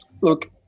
look